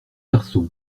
garçons